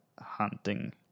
hunting